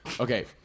Okay